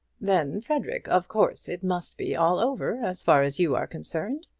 then, frederic, of course it must be all over, as far as you are concerned.